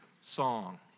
song